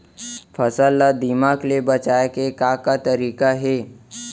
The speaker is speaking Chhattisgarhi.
फसल ला दीमक ले बचाये के का का तरीका हे?